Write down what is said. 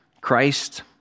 Christ